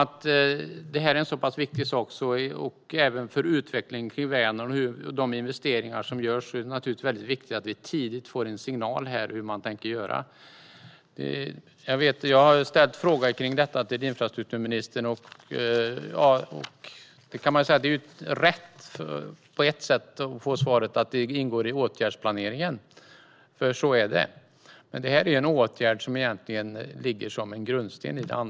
Även för utvecklingen runt Vänern och de investeringar som görs är det viktigt att vi tidigt får en signal om hur man tänker göra. Jag har ställt frågor till infrastrukturministern, och svaret att det ingår i åtgärdsplaneringen är ju rätt, för så är det. Men denna åtgärd är en grundsten.